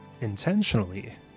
intentionally